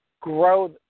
grow